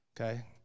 Okay